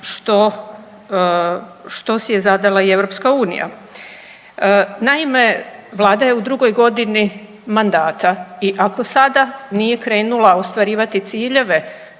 što si je zadala i Europska unija. Naime, Vlada je u drugoj godini mandata i ako sada nije krenula ostvarivati ciljeve